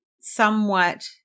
somewhat